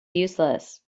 useless